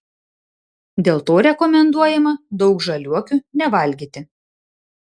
dėl to rekomenduojama daug žaliuokių nevalgyti